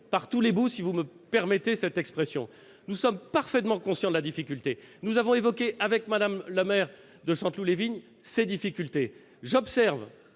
par tous les bouts, si vous me permettez cette expression. Nous sommes parfaitement conscients de la difficulté. Nous en avons discuté avec Mme la maire de Chanteloup-les-Vignes. Elle a d'ailleurs